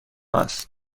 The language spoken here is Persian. است